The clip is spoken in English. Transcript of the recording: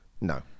no